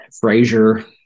Frazier